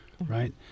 Right